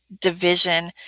division